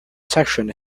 section